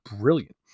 brilliant